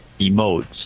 emotes